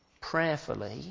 prayerfully